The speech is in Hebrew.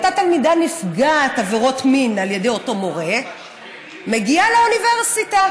אותה תלמידה נפגעת עבירות מין על ידי אותו מורה מגיעה לאוניברסיטה,